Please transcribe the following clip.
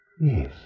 Yes